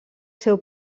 seu